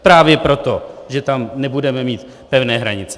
Právě proto, že tam nebudeme mít pevné hranice.